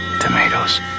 tomatoes